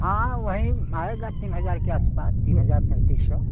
हाँ वही आएगी तीन हज़ार के आस पास तीन हज़ार पैंतीस सौ